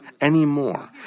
anymore